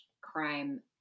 crime